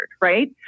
right